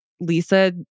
Lisa